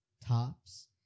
tops